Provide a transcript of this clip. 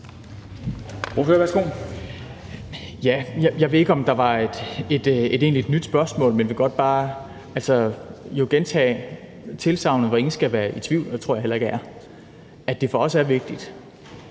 Jeg ved ikke, om der var et egentligt nyt spørgsmål. Men jeg vil godt bare gentage tilsagnet om – hvad ingen skal være i tvivl om, og det tror jeg heller ikke nogen er – at det for os er vigtigt